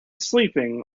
sleeping